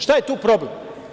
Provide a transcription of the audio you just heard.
Šta je tu problem?